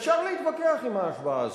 אפשר להתווכח עם ההשוואה הזאת,